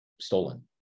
stolen